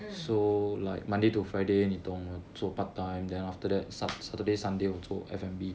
mm